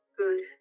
good